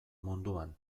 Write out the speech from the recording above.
munduan